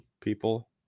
people